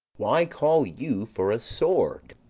why call you for a sword?